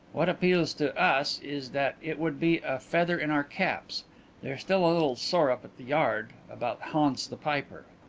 what appeals to us is that it would be a feather in our caps they're still a little sore up at the yard about hans the piper.